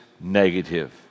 negative